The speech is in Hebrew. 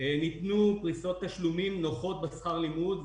ניתנו פריסות תשלומים נוחות בשכר לימוד.